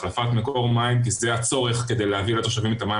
החלפת מקור מים כי זה הצורך כדי להביא לתושבים את המים